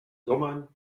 sommern